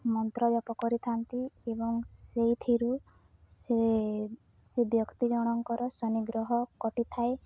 ମନ୍ତ୍ର ଜାପ କରିଥାନ୍ତି ଏବଂ ସେଇଥିରୁ ସେ ସେ ବ୍ୟକ୍ତି ଜଣଙ୍କର ଶନି ଗ୍ରହ କଟିଥାଏ